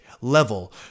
level